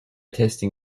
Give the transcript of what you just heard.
testing